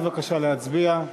בבקשה להצביע.